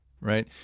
right